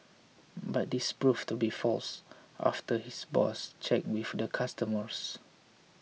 but this proved to be false after his boss checked with the customers